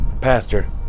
pastor